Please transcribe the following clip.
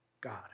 God